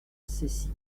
cessy